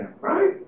Right